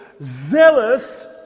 Zealous